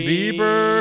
Bieber